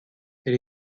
elle